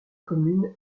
commune